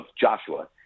Joshua